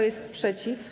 jest przeciw?